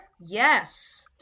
Yes